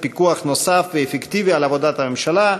פיקוח נוסף ואפקטיבי על עבודת הממשלה,